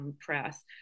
press